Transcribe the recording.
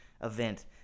event